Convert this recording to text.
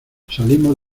salimos